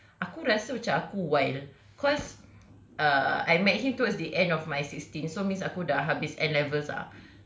aku rasa macam aku wild cause uh I met him towards the end of my sixteen so means aku dah habis A-levels ah